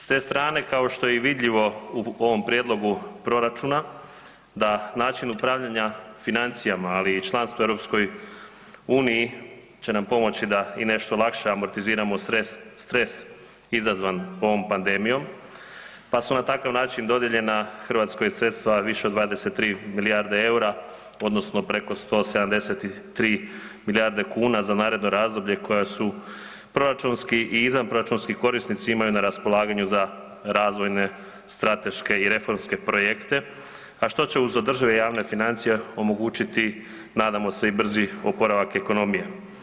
S te strane, kao što je i vidljivo u ovom prijedlogu proračuna, da način upravljanja financijama, ali i članstvu u EU će nam pomoći da i nešto lakše amortiziramo stres izazvan ovom pandemijom pa su na takav način dodijeljena Hrvatskoj sredstva, više od 23 milijarde eura, odnosno preko 173 milijarde kuna za naredno razdoblje koja su proračunski i izvanproračunski korisnici imaju na raspolaganju za razvojne strateške i reformske projekte, a što će uz održive javne financije omogućiti, nadamo se, i brzi oporavak ekonomije.